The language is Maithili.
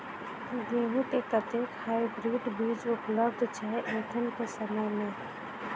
गेंहूँ केँ कतेक हाइब्रिड बीज उपलब्ध छै एखन केँ समय मे?